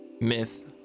Myth